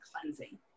cleansing